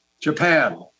Japan